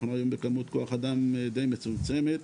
היום אנחנו בכמות כוח אדם די מצומצמת.